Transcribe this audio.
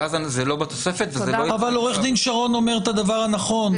ואז זה לא בתוספת וזה לא --- אבל עו"ד שרון אומר את הדבר הנכון.